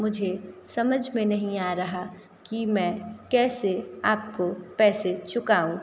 मुझे समझ में नहीं आ रहा कि मैं कैसे आपको पैसे चुकाऊँ